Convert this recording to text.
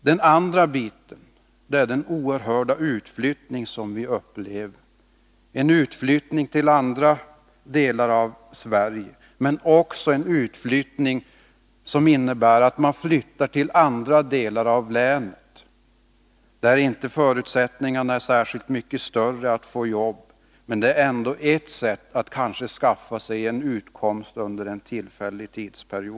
Det andra problemet är den oerhört omfattande utflyttningen, en utflyttning till andra delar av Sverige men också en utflyttning till andra delar av länet, där förutsättningarna att få jobb inte är särskilt mycket bättre. Det kan kanske ändå vara ett sätt att skaffa sig en utkomst under en kort tidsperiod.